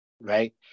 Right